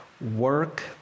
work